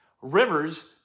Rivers